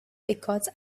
because